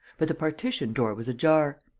but the partition-door was ajar.